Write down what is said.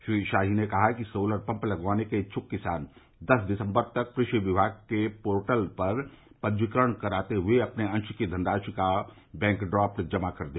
श्री शाही ने कहा कि सोलर पम्प लगवाने के इच्छुक किसान दस दिसम्बर तक कृषि विमाग के पोर्टल पर पंजीकरण कराते हुए अपने अंश की धनराशि का बैंक ड्राफ्ट जमा कर दे